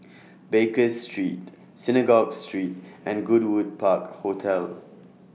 Baker Street Synagogue Street and Goodwood Park Hotel